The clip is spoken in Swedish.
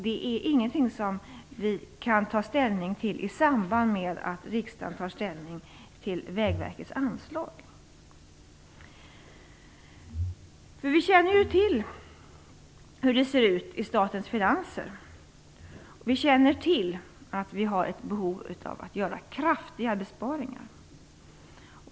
Det är ingenting som vi kan ta ställning till i samband med att riksdagen beslutar om Vägverkets anslag. Vi känner ju till hur det ser ut i statens finanser och att det finns ett behov av kraftiga besparingar.